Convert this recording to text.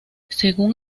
según